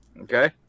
Okay